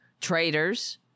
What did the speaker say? traitors